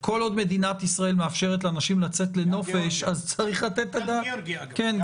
כל עוד מדינת ישראל מאפשרת לאנשים לצאת לנופש צריך לתת את הדעת על כך.